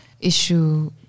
issue